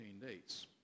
dates